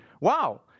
Wow